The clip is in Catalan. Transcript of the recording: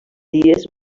dies